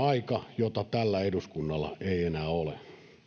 aika jota tällä eduskunnalla ei enää ole